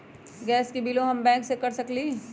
Gas के बिलों हम बैंक से कैसे कर सकली?